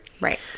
Right